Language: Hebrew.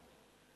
החברה.